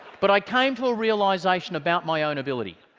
but i came to a realization about my own ability.